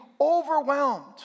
overwhelmed